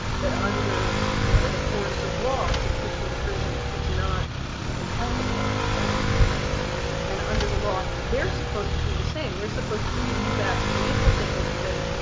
that under you know the force of law could put you in prison, if it's not impeccable. and under the law they're supposed to do the same they're supposed to give you back financial statement that says,